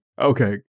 Okay